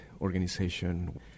organization